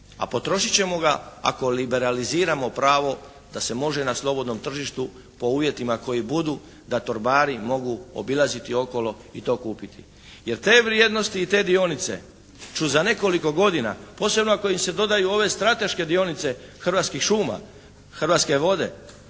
a potrošit ćemo ga ako liberaliziramo pravo da se može na slobodnom tržištu po uvjetima koji budu, da torbari mogu obilaziti okolo i to kupiti, jer te vrijednosti i te dionice će za nekoliko godina, posebno ako im se dodaju ove strateške dionice Hrvatskih šuma, Hrvatske vode,